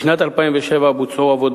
מאז שנת 2007 מפעיל משרד התחבורה את